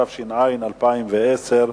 התש"ע 2010,